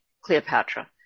Cleopatra